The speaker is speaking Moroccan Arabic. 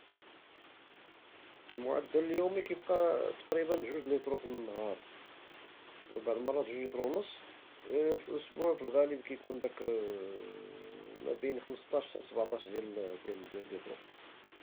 المعدل اليومي كيبقا تقريبا جوج د ليطرو فالنهاربعد المرات جوج د ليطرو ونص غير في الاسبوع الغالب كيكون داك ما بين خمسطاش حتى لسبعطاش ديال اطرو